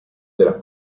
della